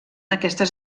aquestes